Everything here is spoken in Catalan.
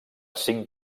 cinc